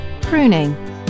Pruning